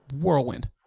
whirlwind